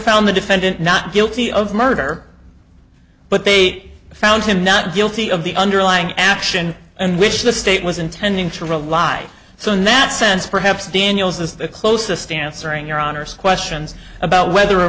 found the defendant not guilty of murder but they found him not guilty of the underlying action and which the state was intending to rely so in that sense perhaps daniels is the closest dancer in your honor's questions about whether a